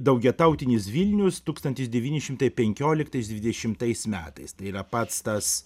daugiatautinis vilnius tūkstantis devyni šimtai penkioliktais dvidešimtais metais yra pats tas